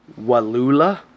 Walula